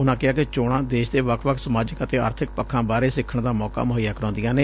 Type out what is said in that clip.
ਉਨੂਾ ਕਿਹਾ ਕਿ ਚੋਣਾ ਦੇਸ ਦੇ ਵੱਖ ਵੱਖ ਸਮਾਜਿਕ ਤੇ ਆਰਬਿਕ ਪੱਖਾਂ ਬਾਰੇ ਸਿੱਖਣ ਦਾ ਮੌਕਾ ਮੁਹੱਈਆ ਕਰਾਉਂਦੀਆਂ ਨੇ